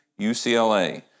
UCLA